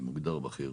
אני מוגדר בכיר.